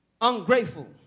ungrateful